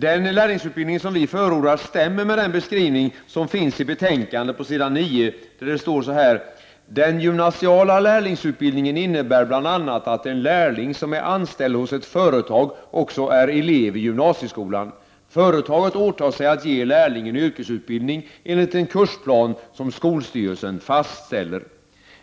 Den lärlingsutbildning som vi förordar stämmer med den beskrivning som finns i betänkandet på s. 9, där det står följande: ”Den gymnasiala lärlingsutbildningen innebär bl.a. att en lärling som är anställd hos ett företag också är elev i gymnasieskolan. Företaget åtar sig att ge lärlingen yrkesutbildning enligt en kursplan som skolstyrelsen fastställer.”